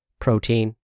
protein